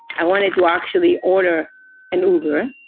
i wanted to actually order an uber,